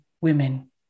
women